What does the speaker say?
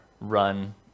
run